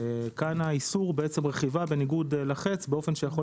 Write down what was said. וכאן האיסור הוא רכיבה בניגוד לחץ באופן שיכול